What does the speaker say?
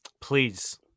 Please